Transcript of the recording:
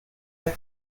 are